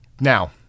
Now